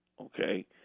Okay